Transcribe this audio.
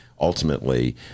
ultimately